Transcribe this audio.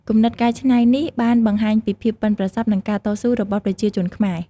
គំនិតកែច្នៃនេះបានបង្ហាញពីភាពប៉ិនប្រសប់ និងការតស៊ូរបស់ប្រជាជនខ្មែរ។